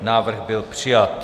Návrh byl přijat.